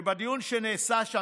ובדיון שנעשה שם,